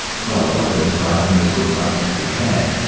well what you're describing is good psychiatric care.